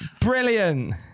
Brilliant